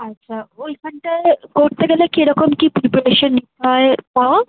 আচ্ছা ওইখানটায় পড়তে গেলে কিরকম কী প্রিপারেশান নিতে হয় তাও